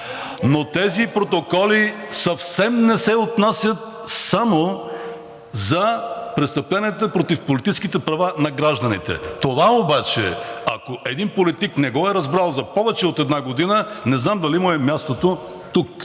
но тези протоколи съвсем не се отнасят само за престъпленията против политическите права на гражданите. Това обаче, ако един политик не го е разбрал за повече от една година, не знам дали му е мястото тук.